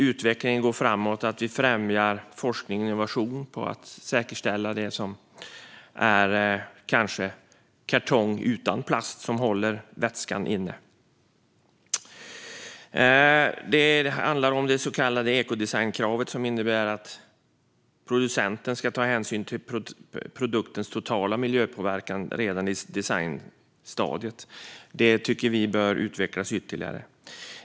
Utvecklingen måste gå framåt, och vi måste främja forskning och innovation för att kanske få fram kartong utan plast, som håller vätska inne. Det handlar om det så kallade ekodesignkravet, som innebär att producenten ska ta hänsyn till produktens totala miljöpåverkan redan i designstadiet. Detta tycker vi bör utvecklas ytterligare.